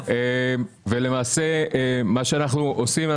למעשה מה שאנחנו עושים,